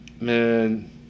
Man